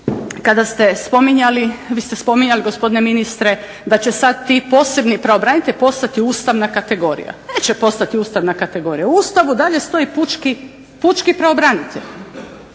kada ste spominjali, vi ste spominjali gospodine ministre da će sad ti posebni, pravobranitelj postati ustavna kategorija. Neće postati ustavna kategorija. U Ustavu dalje stoji pučki pravobranitelj.